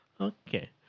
okay